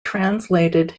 translated